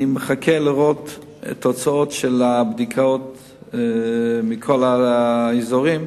אני מחכה לראות את תוצאות הבדיקות מכל האזורים,